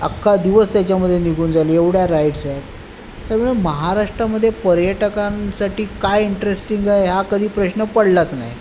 अख्खा दिवस त्याच्यामधे निघून जाले एवढ्या राईड्स आहेत त्यामुळे महाराष्ट्रामधे पर्यटकांसाठी काय इंटरेस्टिंग आहे हा कधी प्रश्न पडलाच नाही